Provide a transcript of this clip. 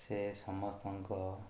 ସେ ସମସ୍ତଙ୍କ